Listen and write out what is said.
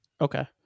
Okay